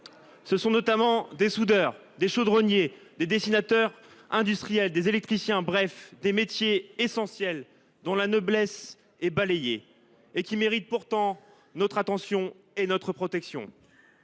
Il s’agit notamment de soudeurs, de chaudronniers, de dessinateurs industriels, d’électriciens, bref, de métiers essentiels dont la noblesse est balayée, alors qu’ils méritent toute notre attention et notre protection.